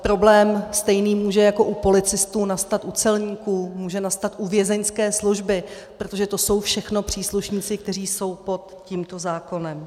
Problém stejný může jako u policistů nastat u celníků, může nastat u vězeňské služby, protože to jsou všechno příslušníci, kteří jsou pod tímto zákonem.